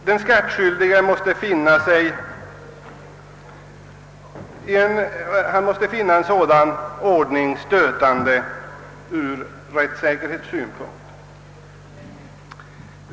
Den skattskyldige måste finna en sådan ordning stötande ur rättssäkerhetssynpunkt.